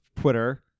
twitter